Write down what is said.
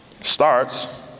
Starts